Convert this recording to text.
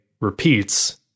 repeats